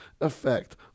effect